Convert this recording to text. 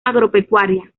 agropecuaria